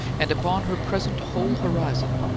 and upon her present whole horizon,